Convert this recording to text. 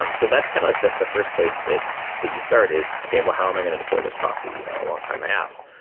um so that's kind of like the the first place that that you start is, okay. well, how am i going to deploy this proxy alongside my apps?